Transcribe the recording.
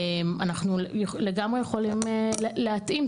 אנחנו לגמרי יכולים להתאים.